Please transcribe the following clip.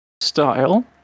style